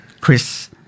Chris